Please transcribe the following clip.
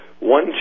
One